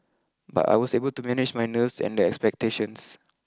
but I was able to manage my nerves and the expectations